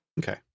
Okay